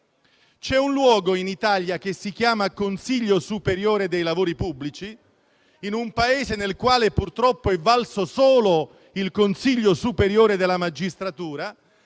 C'è un luogo in Italia che si chiama Consiglio superiore dei lavori pubblici. In un Paese nel quale purtroppo è valso solo il Consiglio superiore della magistratura,